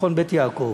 תיכון "בית יעקב",